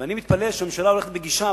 ואני מתפלא שהממשלה הולכת בגישה,